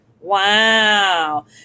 Wow